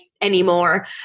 anymore